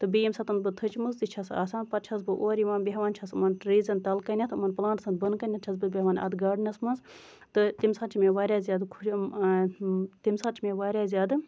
تہٕ بیٚیہِ ییٚمہِ ساتہٕ بہٕ تھٔچمٕژ تہِ چھَس آسان پَتہٕ چھَس بہٕ اورٕ یِوان بیہوان چھَس یِمَن ٹریٖزَن تَلہٕ کَنٮ۪تھ تِمن پٔلانٹٔسَن بۄنہٕ کَنیتھ چھَس بہٕ بیہوان اَتھ گاڈنَس منٛز تہٕ تَمہِ ساتہٕ چھِ مےٚ واریاہ زیاد تَمہِ ساتہٕ چھِ مےٚ واریاہ زیادٕ